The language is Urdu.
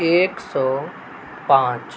ایک سو پانچ